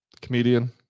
Comedian